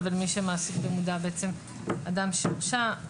לבין מי שמעסיק במודע אדם שהורשע.